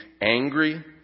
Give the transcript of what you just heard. angry